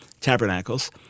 Tabernacles